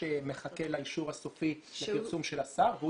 מחכה לאישור הסופי והפרסום של השר .